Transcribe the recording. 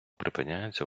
припиняється